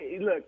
look